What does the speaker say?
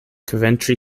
coventry